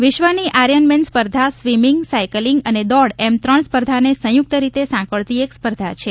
વિશ્વની આર્યનમેન સ્પર્ધામાં swimming cycling અને દોડ એમ ત્રણ સ્પર્ધાને સંયુક્ત રીતે સાંકળતી એક સ્પર્ધા છે